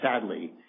Sadly